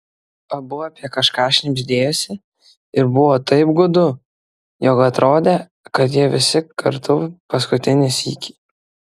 abu apie kažką šnibždėjosi ir buvo taip gūdu jog atrodė kad jie visi kartu paskutinį sykį